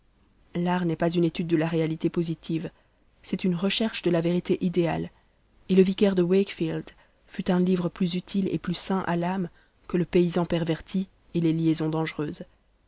l'art n'est pas une étude de la réalité positive c'est une recherche de la vérité idéale et le vicaire de wakefield fut un livre plus utile et plus sain à l'âme que le paysan perverti et les liaisons dangereuses